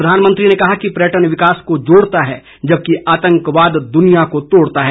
प्रधानमंत्री ने कहा कि पर्यटन विकास को जोड़ता जबकि आतंकवाद दुनिया को तोड़ता है